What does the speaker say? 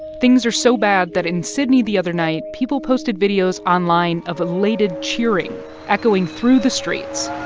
things are so bad that in sydney the other night, people posted videos online of elated cheering echoing through the streets.